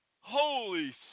Holy